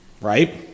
right